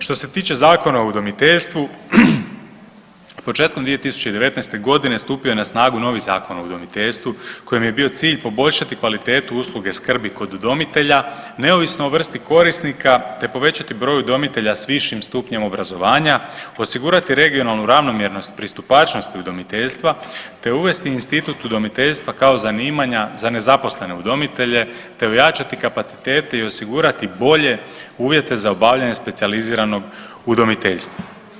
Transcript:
Što se tiče Zakona o udomiteljstvu, početkom 2019. g. stupio je na snagu novi Zakon o udomiteljstvu, kojem je bio cilj poboljšati kvalitetu usluge skrbi kod udomitelja, neovisno o vrsti korisnika te povećati broj udomitelja s višim stupnjem obrazovanja, osigurati regionalnu ravnomjernost i pristupačnost udomiteljstva, te uvesti institut udomiteljstva kao zanimanja za nezaposlene udomitelje te ojačati kapacitete i osigurati bolje uvjete za obavljanje specijaliziranog udomiteljstva.